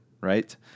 right